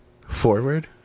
forward